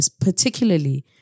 particularly